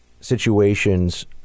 situations